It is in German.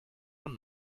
von